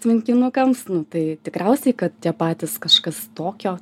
tvenkinukams nu tai tikriausiai kad tie patys kažkas tokio